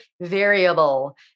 variable